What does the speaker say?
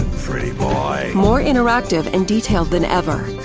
pretty boy. more interactive and detailed than ever,